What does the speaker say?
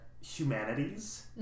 humanities